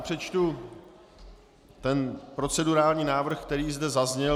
Přečtu procedurální návrh, který zde zazněl.